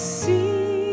see